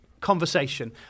conversation